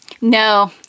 No